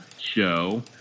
Show